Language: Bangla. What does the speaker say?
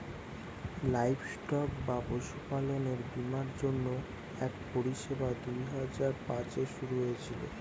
লাইভস্টক বা পশুপালনের বীমার জন্য এক পরিষেবা দুই হাজার পাঁচে শুরু হয়েছিল